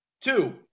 Two